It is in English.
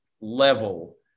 level